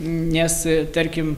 nes tarkim